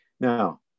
Now